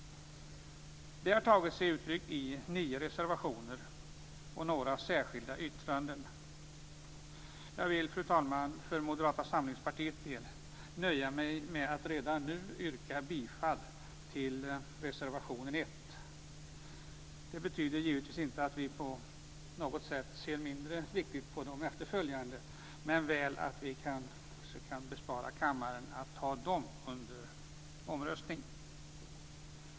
Det har tagit sig uttryck i nio reservationer och några särskilda yttranden. Jag nöjer mig med, fru talman, att för Moderata samlingspartiets del yrka bifall till reservation 1. Det betyder givetvis inte att vi på något vis att vi ser de efterföljande som mindre viktiga men väl att vi kan bespara kammaren från att ta dem till omröstning.